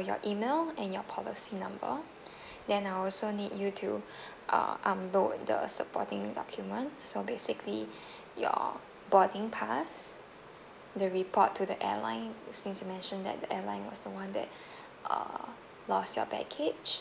your email and your policy number then I'll also need you to uh upload the supporting documents so basically your boarding pass the report to the airline since you mentioned that the airline was the one that uh lost your baggage